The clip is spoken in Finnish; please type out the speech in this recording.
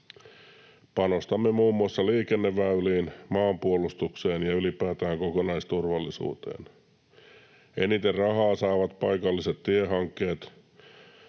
Panostamme muun muassa liikenneväyliin, maanpuolustukseen ja ylipäätään kokonaisturvallisuuteen. Eniten rahaa saavat paikalliset tiehankkeet,